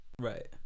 right